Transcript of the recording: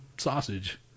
sausage